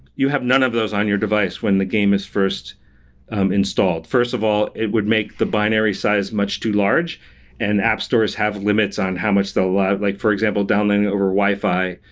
you have none of those on your device when the game is first installed. first of all, it would make the binary size much too large and app stores have limits on how much they'll have. like like for example, downloading over wi-fi.